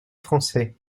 français